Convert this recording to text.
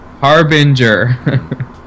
Harbinger